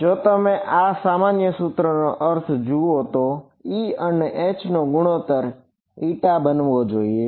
જો તમે આ સામાન્ય સૂત્ર નો અર્થ જુઓ તો E અને H નો ગુણોત્તર બનવો જોઈએ